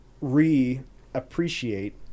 re-appreciate